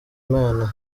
imana